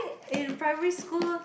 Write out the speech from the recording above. in primary school